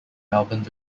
melbourne